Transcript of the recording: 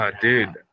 Dude